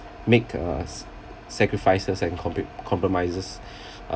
make a sacrifices and complete compromises